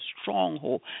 stronghold